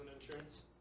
insurance